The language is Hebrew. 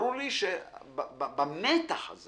ברור לי שבמתח הזה